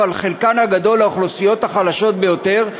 אבל חלקן הגדול הן האוכלוסיות החלשות ביותר,